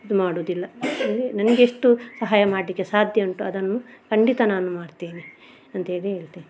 ಇದು ಮಾಡುವುದಿಲ್ಲ ನನಗೆಷ್ಟು ಸಹಾಯ ಮಾಡಲಿಕ್ಕೆ ಸಾಧ್ಯ ಉಂಟು ಅದನ್ನು ಖಂಡಿತ ನಾನು ಮಾಡ್ತೇನೆ ಅಂತ್ಹೇಳಿ ಹೇಳ್ತೇನೆ